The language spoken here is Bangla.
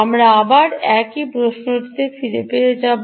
আমরা আবার একই প্রশ্নটি কীভাবে পেয়ে যাব